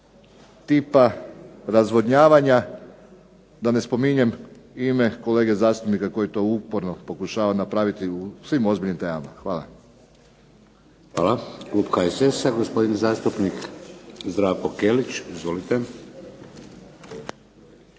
tipa razvodnjavanja, da ne spominjem ime kolege zastupnika koji to uporno pokušava napraviti u svim ozbiljnim temama. Hvala. **Šeks, Vladimir (HDZ)** Klub HSS-a, gospodin zastupnik Zdravko Kelić. Izvolite.